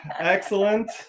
excellent